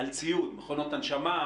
על ציוד מכונות הנשמה,